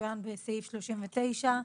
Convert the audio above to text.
מצוין בסעיף 39,